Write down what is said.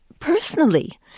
Personally